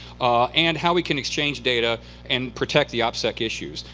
and how we can exchange data and protect the op sec issues.